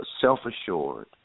self-assured